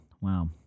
Wow